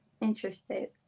interested